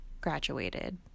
graduated